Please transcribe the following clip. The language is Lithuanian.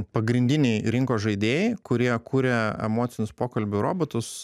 pagrindiniai rinkos žaidėjai kurie kuria emocinius pokalbių robotus